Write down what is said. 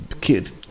kid